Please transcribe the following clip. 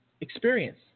Experience